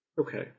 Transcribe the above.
Okay